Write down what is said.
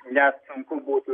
net sunku būtų